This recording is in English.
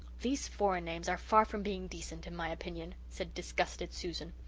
these foreign names are far from being decent, in my opinion, said disgusted susan.